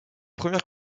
premières